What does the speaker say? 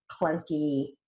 clunky